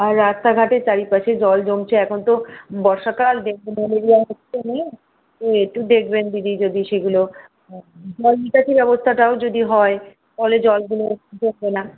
আর রাস্তাঘাটের চারিপাশে জল জমছে এখন তো বর্ষাকাল ডেঙ্গু ম্যালেরিয়া হচ্ছে বলে তো একটু দেখবেন দিদি যদি সেগুলো হ্যাঁ জল নিকাশের ব্যবস্থাটাও যদি হয় তাহলে জলগুলো জমবে না